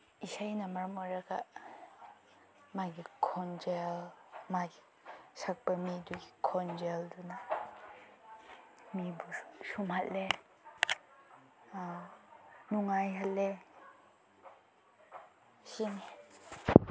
ꯏꯁꯩꯅ ꯃꯔꯝ ꯑꯣꯏꯔꯒ ꯃꯥꯒꯤ ꯈꯣꯟꯖꯦꯜ ꯃꯥꯒꯤ ꯁꯛꯄ ꯃꯤꯗꯨꯒꯤ ꯈꯣꯟꯖꯦꯜꯗꯨꯅ ꯃꯤꯕꯨ ꯁꯨꯝꯍꯠꯂꯦ ꯅꯨꯡꯉꯥꯏꯍꯜꯂꯦ ꯁꯤꯅꯤ